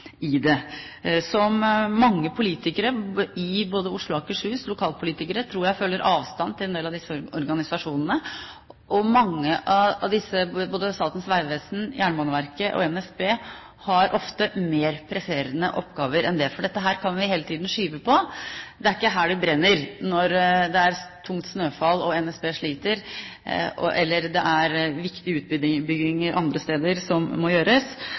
mange lokalpolitikere i både Oslo og Akershus føler avstand til en del av disse organisasjonene. Mange av disse, både Statens vegvesen, Jernbaneverket og NSB, har ofte mer presserende oppgaver: Dette kan vi hele tiden skyve på. Det er ikke her det brenner når det er tungt snøfall og NSB sliter, eller det er viktige utbygginger andre steder som må gjøres.